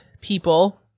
people